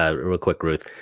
ah real quick, ruth.